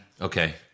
Okay